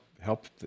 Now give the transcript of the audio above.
help